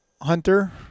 Hunter